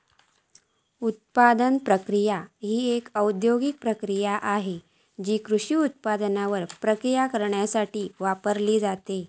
उत्पादन प्रक्रिया ही एक औद्योगिक प्रक्रिया आसा जी कृषी उत्पादनांवर प्रक्रिया करण्यासाठी वापरली जाता